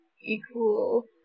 equal